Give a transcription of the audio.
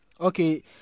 Okay